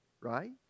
right